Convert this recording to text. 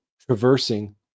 traversing